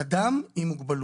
אדם עם מוגבלות.